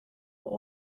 were